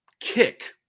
kick